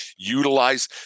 Utilize